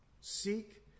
seek